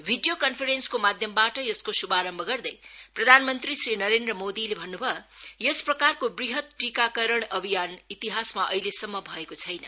video कन्फरेन्सिङको माध्यमबाट यसको श्भारम्भ गर्दै प्रधानमन्त्री श्री नरेन्द्र मोदीले भन्न् भयो यस प्रकारको वृहत टीकाकरण अभियान इतिहासमा अहिलेसम्म भएको छैन